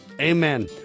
amen